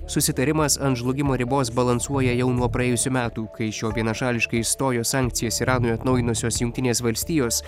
susitarimas ant žlugimo ribos balansuoja jau nuo praėjusių metų kai šio vienašališkai įstojo sankcijas iranui atnaujinusios jungtinės valstijos